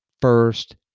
First